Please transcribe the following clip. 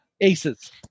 Aces